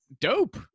dope